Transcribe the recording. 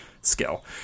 skill